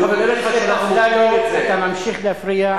חבר הכנסת אפללו, אתה ממשיך להפריע באופן עקבי.